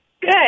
Good